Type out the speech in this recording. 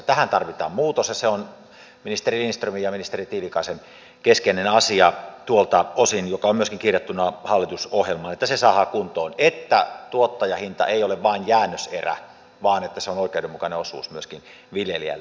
tähän tarvitaan muutos ja se on ministeri lindströmin ja ministeri tiilikaisen keskeinen asia tuolta osin joka on myöskin kirjattuna hallitusohjelmaan että se saadaan kuntoon että tuottajahinta ei ole vain jäännöserä vaan se on oikeudenmukainen osuus myöskin viljelijälle